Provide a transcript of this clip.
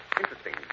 Interesting